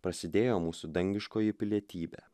prasidėjo mūsų dangiškoji pilietybė